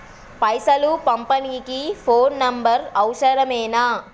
పైసలు పంపనీకి phone number అవసరమేనా?